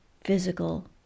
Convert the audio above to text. physical